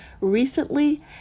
recently